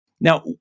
Now